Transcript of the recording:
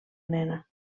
nena